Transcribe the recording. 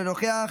אינו נוכח,